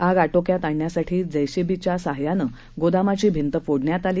आग आटोक्यात आणण्यासाठी जेसीबीच्या साहाय्यानं गोदामाची भिंत फोडण्यात आली